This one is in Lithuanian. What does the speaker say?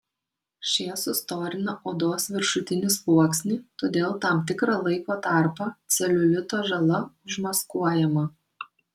šie sustorina odos viršutinį sluoksnį todėl tam tikrą laiko tarpą celiulito žala užmaskuojama